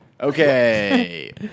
Okay